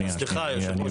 סליחה אדוני יושב הראש,